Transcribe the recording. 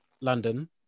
London